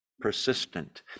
persistent